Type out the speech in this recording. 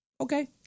Okay